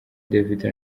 davido